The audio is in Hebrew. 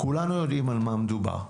כולנו יודעים במה מדובר.